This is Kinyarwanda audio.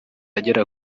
agera